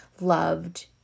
loved